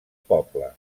poble